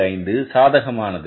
25 சாதகமானது